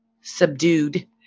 subdued